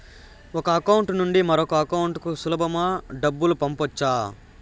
ఒక అకౌంట్ నుండి మరొక అకౌంట్ కు సులభమా డబ్బులు పంపొచ్చా